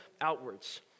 outwards